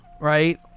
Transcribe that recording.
right